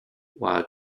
while